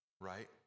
Right